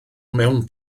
mewn